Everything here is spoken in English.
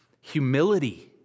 Humility